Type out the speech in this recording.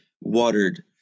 watered